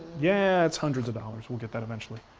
yeah, that's hundreds of dollars. we'll get that eventually.